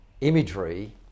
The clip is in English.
imagery